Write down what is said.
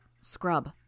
Scrub